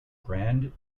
grand